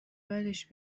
بدش